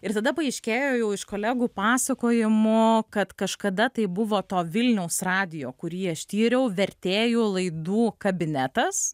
ir tada paaiškėjo jau iš kolegų pasakojimų kad kažkada tai buvo to vilniaus radijo kurį aš tyriau vertėjų laidų kabinetas